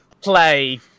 play